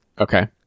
Okay